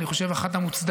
אני חושב שהיא אחת המוצדקות,